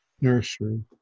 nursery